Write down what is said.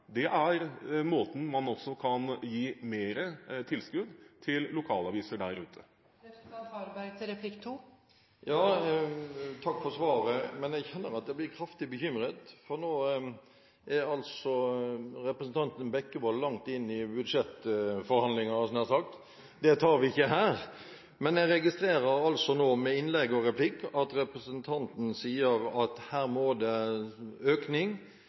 på den måten man kan gi mer tilskudd til lokalaviser der ute. Takk for svaret, men jeg kjenner at jeg blir kraftig bekymret, for nå er representanten Bekkevold langt inne i budsjettforhandlinger, nær sagt, og det tar vi ikke her! Men jeg registrerer nå at representanten – i innlegg og replikksvar – sier at det må komme en økning i produksjonsstøtten, økning i rammen, for her